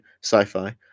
sci-fi